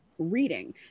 reading